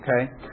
okay